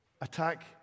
attack